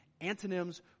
antonyms